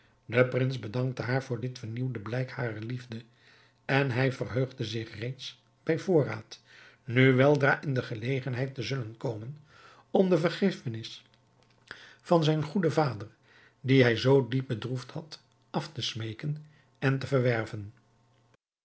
de prins bedankte haar voor dit vernieuwde blijk harer liefde en hij verheugde zich reeds bij voorraad nu weldra in de gelegenheid te zullen komen om de vergiffenis van zijn goeden vader dien hij zoo diep bedroefd had af te smeeken en te verwerven